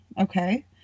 okay